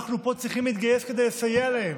אנחנו פה צריכים להתגייס כדי לסייע להם.